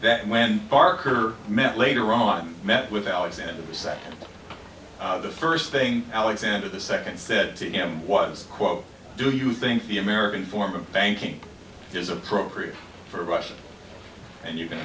that when parker met later on met with alexander the set of the first thing alexander the second said to him was quote do you think the american form of banking is appropriate for russia and you can